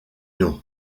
nom